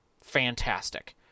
Fantastic